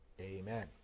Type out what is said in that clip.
Amen